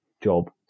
job